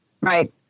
right